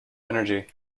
energy